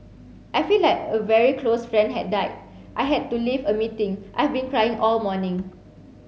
I feel like a very close friend had died I had to leave a meeting I've been crying all morning